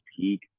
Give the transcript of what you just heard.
peak